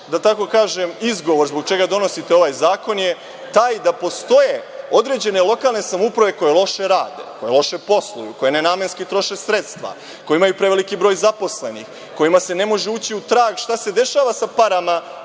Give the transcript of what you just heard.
da tako kažem, izgovor zbog čega donosite ovaj zakon je taj da postoje određene lokalne samouprave koje loše rade, loše posluju, koje nenamenski troše sredstva, koje imaju preveliki broj zaposlenih, kojima se ne može ući u trag šta se dešava sa parama